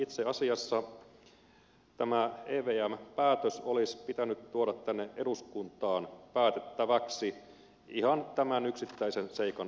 itse asiassa tämä evm päätös olisi pitänyt tuoda tänne eduskuntaan päätettäväksi ihan tämän yksittäisen seikan johdosta